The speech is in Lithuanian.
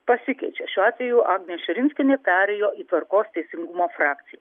pasikeičia šiuo atveju agnė širinskienė perėjo į tvarkos teisingumo frakciją